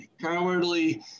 cowardly